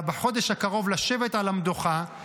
בחודש הקרוב לשבת על המדוכה.